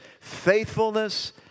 faithfulness